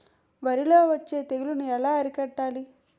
వరిలో వచ్చే తెగులని ఏలా అరికట్టాలి?